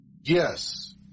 Yes